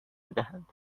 میدهند